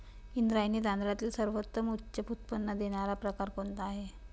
इंद्रायणी तांदळातील सर्वोत्तम उच्च उत्पन्न देणारा प्रकार कोणता आहे?